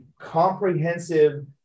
comprehensive